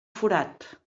forat